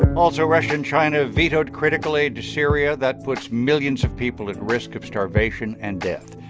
also, russia and china vetoed critical aid to syria. that puts millions of people at risk of starvation and death.